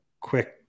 quick